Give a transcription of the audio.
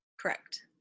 Correct